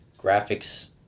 graphics